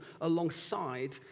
alongside